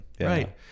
Right